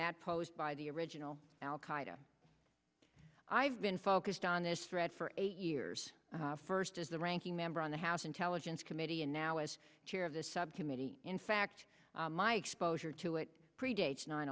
that posed by the original al qaida i've been focused on this thread for eight years first as the ranking member on the house intelligence committee and now as chair of the subcommittee in fact my exposure to it predates nine